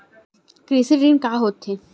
कृषि ऋण का होथे?